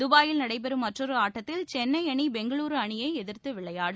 துபாயில் நடைபெறும் மற்றொரு ஆட்டத்தில் சென்னை அணி பெங்களுர் அணியை எதிர்த்து விளையாடும்